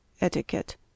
Etiquette